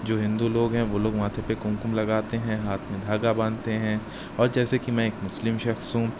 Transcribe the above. جو ہندو لوگ ہیں وہ لوگ ماتھے پہ کمکم لگاتے ہیں ہاتھ میں دھاگا باندھتے ہیں اور جیسے کہ میں ایک مسلم شخص ہوں